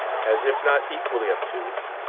as if not equally obtuse,